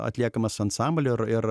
atliekamas ansamblio ir ir